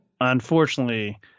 Unfortunately